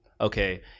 okay